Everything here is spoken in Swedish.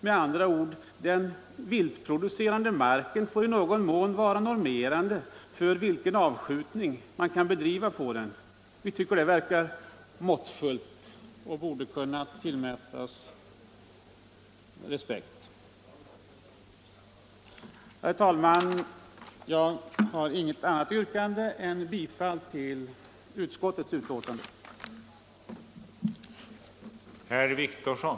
Med andra ord får den viltproducerande marken i någon mån vara normerande för vilken avskjutning man kan bedriva på den. Vi finner den tanken måttfull och värd att tillmätas respekt. Herr talman! Jag yrkar bifall till utskottets hemställan.